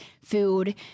food